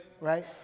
right